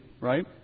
right